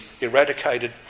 eradicated